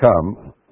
come